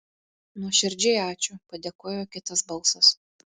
nuoširdžiai ačiū padėkojo kitas balsas